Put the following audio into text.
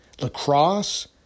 lacrosse